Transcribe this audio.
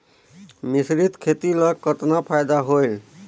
मिश्रीत खेती ल कतना फायदा होयल?